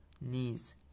knees